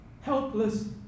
helpless